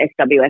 SWF